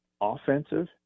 offensive